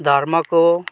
धर्मको